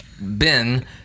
Ben